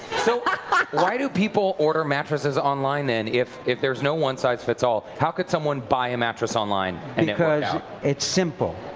so why do people order mattresses online and if if there's no one size fits all? how could someone buy a mattress online? and because it's simple.